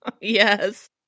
Yes